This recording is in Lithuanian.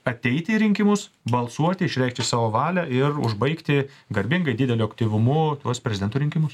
ateiti į rinkimus balsuoti išreikšti savo valią ir užbaigti garbingai dideliu aktyvumu tuos prezidento rinkimus